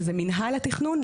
שזה מינהל התכנון,